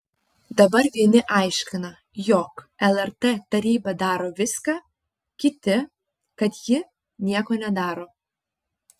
dabar vieni aiškina jog lrt taryba daro viską kiti kad ji nieko nedaro